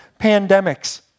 pandemics